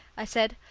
i said.